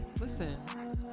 listen